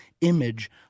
image